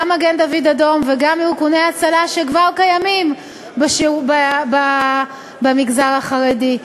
גם מגן-דוד-אדום וגם ארגוני הצלה שכבר קיימים במגזר החרדי,